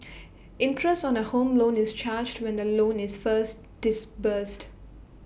interest on A home loan is charged when the loan is first disbursed